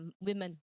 women